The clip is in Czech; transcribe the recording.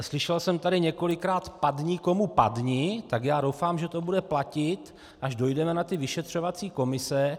Slyšel jsem tady několikrát padni komu padni, tak já doufám, že to bude platit, až dojdeme na ty vyšetřovací komise.